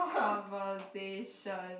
conversation